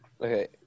okay